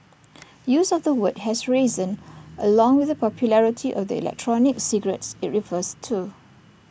use of the word has risen along with the popularity of the electronic cigarettes IT refers to